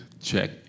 check